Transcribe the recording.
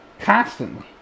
constantly